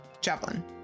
javelin